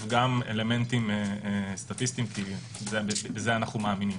גם אלמנטים סטטיסטיים כי בזה אנחנו מאמינים.